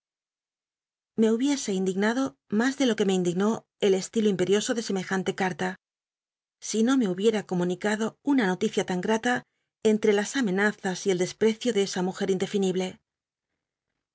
me hubiese i ndignaclo mas de lo que me indignó el estilo imperioso de semejante carta si no me hubiera comunicado una noticia tan grata entre las amenazas y el desprecio de esa muje indefinible